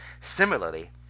Similarly